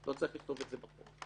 לא צריך לכתוב את זה בחוק.